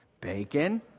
Bacon